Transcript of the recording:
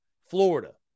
Florida